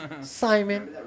Simon